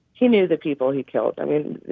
he knew the people he killed. i mean,